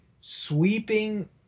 sweeping